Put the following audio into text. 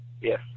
yes